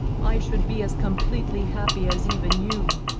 i should be as completely happy as even you,